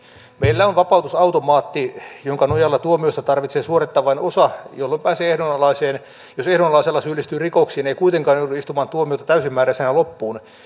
meillä on vapautusautomaatti jonka nojalla tuomiosta tarvitsee suorittaa vain osa ja sitten pääsee ehdonalaiseen jos ehdonalaisessa syyllistyy rikoksiin ei kuitenkaan joudu istumaan tuomiota täysimääräisenä loppuun